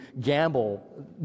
gamble